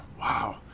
Wow